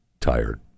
tired